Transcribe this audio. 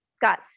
got